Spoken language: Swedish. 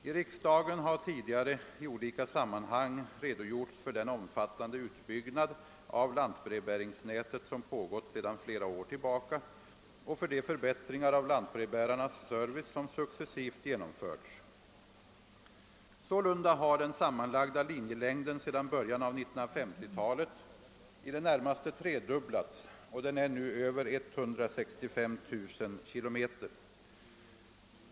I riksdagen har tidigare i olika sammanhang redogjorts för den omfattande utbyggnad av lantbrevbäringsnätet som pågått sedan flera år tillbaka och för de förbättringar av lantbrevbärarnas servicé som successivt genomförts. Sålunda har den sammanlagda linjelängden sedan början av 1950-talet i det närmaste tredubblats, och den: är nu över 165 000 km.